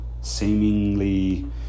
seemingly